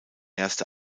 erste